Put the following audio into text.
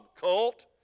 cult